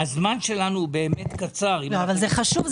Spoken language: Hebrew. הזמן שלנו הוא קצר --- אבל זה חשוב.